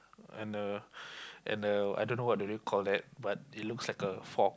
and the and the I don't know what do they call that but it looks like a fork